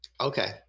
Okay